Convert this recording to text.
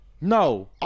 No